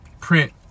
print